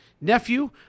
Nephew